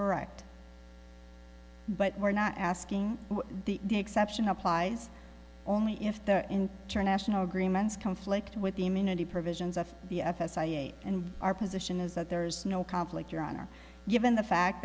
correct but we're not asking the exception applies only if they're in turn national agreements conflict with the immunity provisions of the f s i and our position is that there's no conflict your honor given the fact